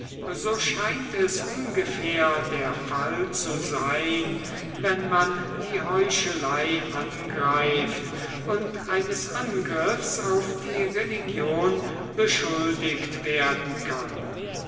so scheint es ungefähr der fall zu sein wenn man die heuchelei angreift und eines angriffs auf die religion beschuldigt werden kann